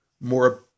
more